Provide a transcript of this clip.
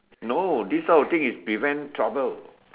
no this type of thing is prevent trouble